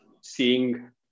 seeing